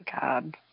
God